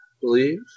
believe